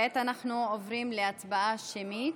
כעת אנחנו עוברים להצבעה שמית.